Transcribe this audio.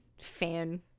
fan